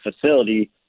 facility